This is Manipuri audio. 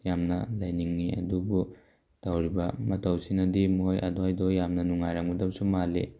ꯌꯥꯝꯅ ꯂꯩꯅꯤꯡꯉꯤ ꯑꯗꯨꯕꯨ ꯇꯧꯔꯤꯕ ꯃꯇꯧꯁꯤꯅꯗꯤ ꯃꯣꯏ ꯑꯗꯥꯏꯗꯣ ꯌꯥꯝꯅ ꯅꯨꯡꯉꯥꯏꯔꯝꯗꯧꯁꯨ ꯃꯥꯜꯂꯤ